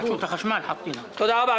תודה רבה.